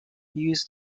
use